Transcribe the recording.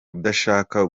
udashaka